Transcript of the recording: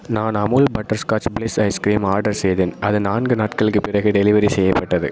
நான் Amul butterscotch bliss ice cream order செய்தேன் அது நான்கு நாட்களுக்கு பிறகு டெலிவரி செய்யப்பட்டது